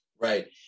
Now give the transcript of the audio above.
right